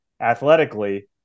athletically